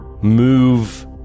move